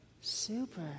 Super